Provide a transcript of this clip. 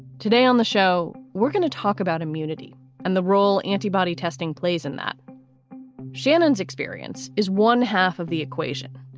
today on the show, we're going to talk about immunity and the role antibody testing plays. in that shannons experience is one half of the equation.